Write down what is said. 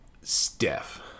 Steph